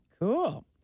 Cool